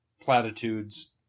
platitudes